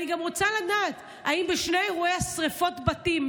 אני גם רוצה לדעת: האם בשני אירועי שרפות הבתים,